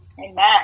Amen